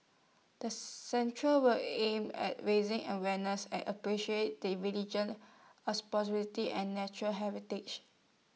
the centre will aim at raising awareness and appreciate the religion's and natural heritage